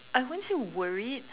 I won't say worried